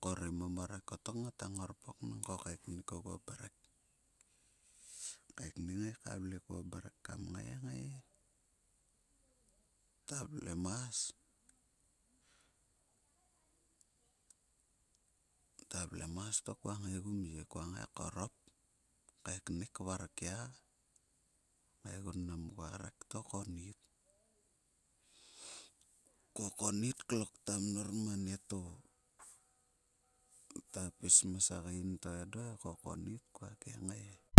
parem o morek ngata ngorpok nang ku kaeknik oguo mrek. kaiknik ka vle kuo mrek kam ngai kngai ta vlemas. Ta vlemas to kua ngaigu mye kua ngai korrop kaiknuk, kvarkia ngaigun mnam kua rek to konnit. Ko konnit klokta mnor ma nieto ta pis ma segern to endo, ko konnit kua kiengei he.